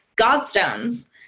godstones